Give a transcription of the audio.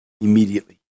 immediately